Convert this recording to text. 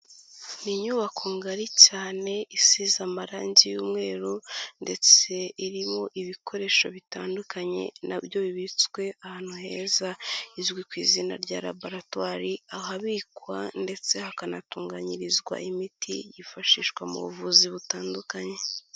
Ni inyubako ngari cyane isize amarangi y'umweru ndetse irimo ibikoresho bitandukanye na byo bibitswe ahantu heza. Izwi ku izina rya laboratwari, ahabikwa ndetse hakanatunganyirizwa imiti yifashishwa mu buvuzi butandukanye.